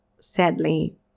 sadly